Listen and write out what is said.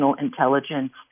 intelligence